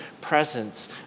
presence